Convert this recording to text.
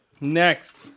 Next